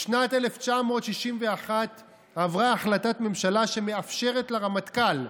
בשנת 1961 עברה החלטת ממשלה שמאפשרת לרמטכ"ל,